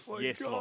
Yes